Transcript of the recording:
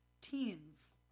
teens